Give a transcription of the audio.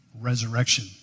Resurrection